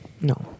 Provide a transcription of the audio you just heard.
No